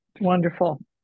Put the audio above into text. Wonderful